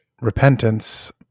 repentance